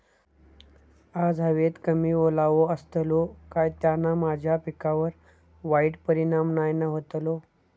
आज हवेत कमी ओलावो असतलो काय त्याना माझ्या पिकावर वाईट परिणाम नाय ना व्हतलो?